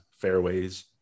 fairways